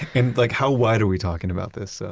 and like how wide are we talking about this